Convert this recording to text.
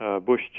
Bush